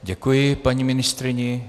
Děkuji paní ministryni.